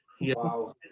Wow